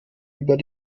über